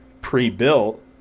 pre-built